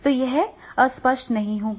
तो यह अस्पष्ट नहीं होगा